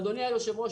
אדוני היושב-ראש,